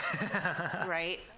right